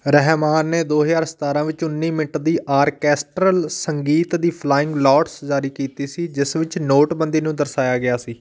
ਰਹਿਮਾਨ ਨੇ ਦੋ ਹਜ਼ਾਰ ਸਤਾਰਾਂ ਵਿੱਚ ਉੱਨੀ ਮਿੰਟ ਦੀ ਆਰਕੈਸਟਰਲ ਸੰਗੀਤ ਦੀ ਫਲਾਇੰਗ ਲੋਟਸ ਜਾਰੀ ਕੀਤੀ ਸੀ ਜਿਸ ਵਿੱਚ ਨੋਟਬੰਦੀ ਨੂੰ ਦਰਸਾਇਆ ਗਿਆ ਸੀ